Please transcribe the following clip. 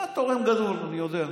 אתה תורם גדול, אני יודע,